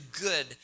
good